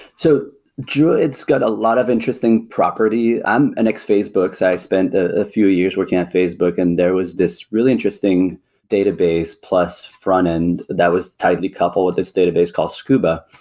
so druid's got a lot of interesting property. i'm an ex-facebook, so i spent ah a few years working at facebook and there was this really interesting database plus frontend and that was tightly coupled with this database called scuba.